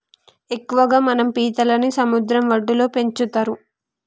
ఎక్కువగా మనం పీతలని సముద్ర వడ్డులో పెంచుతరు